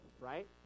right